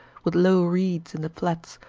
with low reeds in the flats,